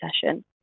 session